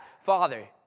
father